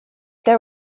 there